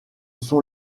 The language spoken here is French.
sont